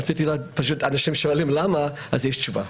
אנשים שואלים למה, אז יש תשובה.